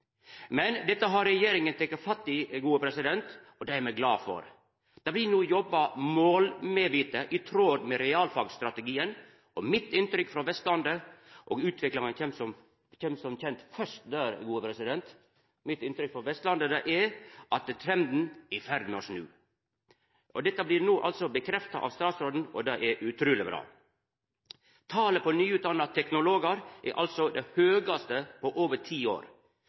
Men dette har regjeringa teke fatt i, og det er me glade for. Det blir no jobba målmedvite og i tråd med realfagstrategien, og mitt inntrykk frå Vestlandet – utviklinga kjem som kjend først der – er at trenden er i ferd med å snu. Dette blir no bekrefta av statsråden, og det er utruleg bra. Talet på nyutdanna teknologar er det høgaste på over ti år.